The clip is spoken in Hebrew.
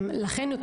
לכן,